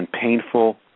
painful